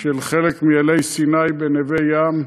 של חלק מאלי-סיני בנווה-ים.